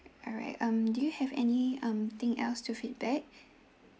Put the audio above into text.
alright um do you have any um thing else to feedback